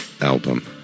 album